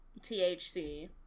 THC